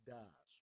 dies